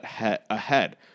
ahead